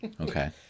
Okay